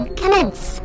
commence